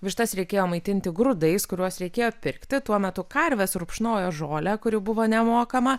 vištas reikėjo maitinti grūdais kuriuos reikėjo pirkti tuo metu karvės rupšnojo žolę kuri buvo nemokama